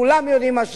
כולם יודעים מה צריך,